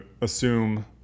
assume